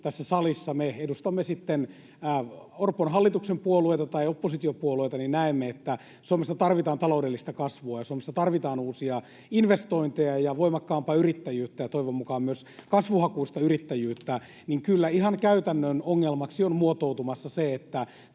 tässä salissa — edustamme sitten Orpon hallituksen puolueita tai oppositiopuolueita — näemme, että Suomessa tarvitaan taloudellista kasvua ja Suomessa tarvitaan uusia investointeja ja voimakkaampaa yrittäjyyttä ja toivon mukaan myös kasvuhakuista yrittäjyyttä, niin kyllä ihan käytännön ongelmaksi on muotoutumassa se, että